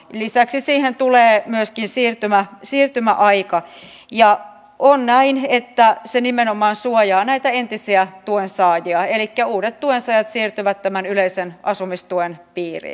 lisäksi siihen tulee siirtymäaika ja on näin että se nimenomaan suojaa entisiä tuensaajia elikkä uudet tuensaajat siirtyvät yleisen asumistuen piiriin